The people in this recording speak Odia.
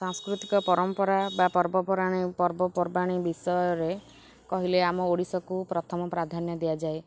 ସାଂସ୍କୃତିକ ପରମ୍ପରା ବା ପର୍ବପର୍ବାଣି ପର୍ବପର୍ବାଣି ବିଷୟରେ କହିଲେ ଆମ ଓଡ଼ିଶାକୁ ପ୍ରଥମ ପ୍ରାଧାନ୍ୟ ଦିଆଯାଏ